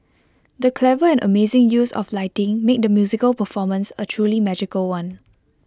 the clever and amazing use of lighting made the musical performance A truly magical one